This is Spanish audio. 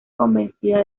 convencida